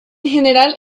general